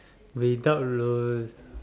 without lo~